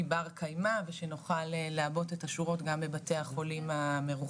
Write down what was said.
בר קיימא ושנוכל לעבות את השורות גם בבתי החולים המרוחקים.